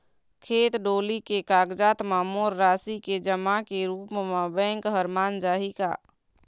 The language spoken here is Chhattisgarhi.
खेत डोली के कागजात म मोर राशि के जमा के रूप म बैंक हर मान जाही का?